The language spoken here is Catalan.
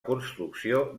construcció